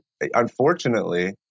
Unfortunately